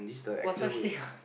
got such thing one